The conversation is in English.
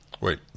Wait